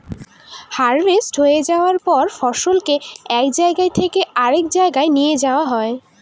harvest হয়ে যায়ার পর ফসলকে এক জায়গা থেকে আরেক জাগায় নিয়ে যাওয়া হয়